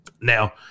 Now